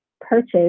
purchase